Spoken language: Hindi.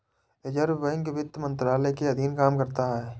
रिज़र्व बैंक वित्त मंत्रालय के अधीन काम करता है